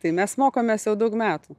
tai mes mokomės jau daug metų